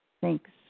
Thanks